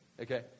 Okay